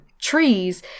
trees